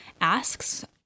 asks